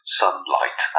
sunlight